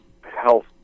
health